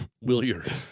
Williard